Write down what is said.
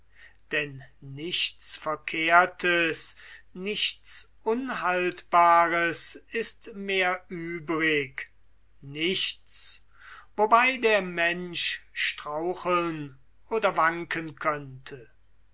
denn nichts verkehrtes nichts unhaltbares ist mehr übrig nichts wobei straucheln oder wanken könnte